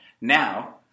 now